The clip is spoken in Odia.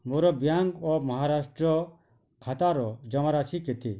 ମୋର ବ୍ୟାଙ୍କ୍ ଅଫ୍ ମହାରାଷ୍ଟ୍ର ଖାତାର ଜମାରାଶି କେତେ